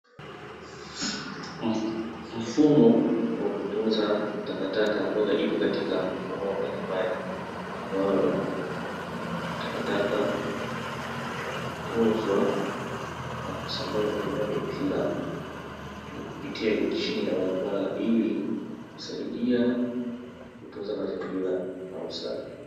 Mfumo wa kutunza takataka ambayo ipo katika mfumo wa majimaji, ambao takataka hutunzwa na kusambazwa kutumia mipira kupitia chini ya barabara, ili kusaidia kutunza mazingira na usafi.